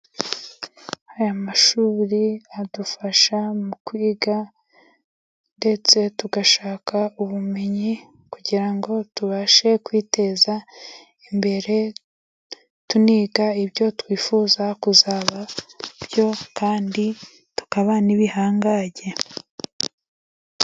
Aya mashuri adufasha mu kwiga ndetse tugashaka ubumenyi, kugira ngo tubashe kwiteza imbere tuniga ibyo twifuza kuzaba byo, kandi tukaba n'ibihangange.